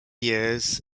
years